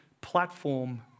platform